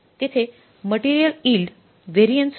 तेथे material yield variance होत इथे लेबर इल्ड व्हॅरियन्स आहे